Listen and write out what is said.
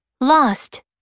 Lost